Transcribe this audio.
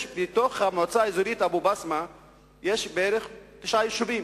יש במועצה האזורית אבו-בסמה בערך תשעה יישובים